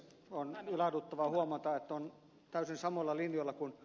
on ilahduttavaa huomata että olen täysin samoilla linjoilla kuin ed